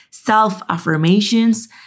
self-affirmations